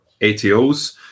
ATOs